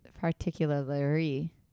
Particularly